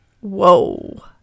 whoa